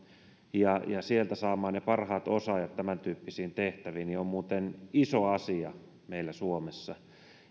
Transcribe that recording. ja sieltä saamaan ne parhaat osaajat tämän tyyppisiin tehtäviin on muuten iso asia meillä suomessa